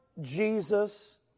Jesus